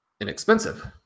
inexpensive